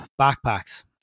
backpacks